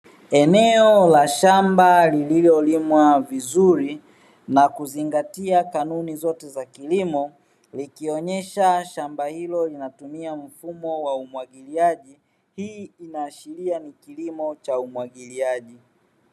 Eneo la shamba lililolimwa vizuri na kuzingatia kanuni zote za kilimo likionyesha shamba hilo linatumia mfumo wa umwagiliaji, hii inaashiria ni kilimo cha umwagiliaji.